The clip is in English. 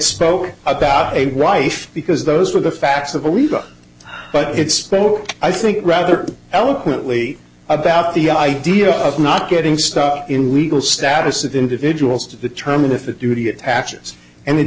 spoke about rife because those were the facts of the rebbe but it's i think rather eloquently about the idea of not getting stuck in legal status of individuals to determine if it duty attaches and it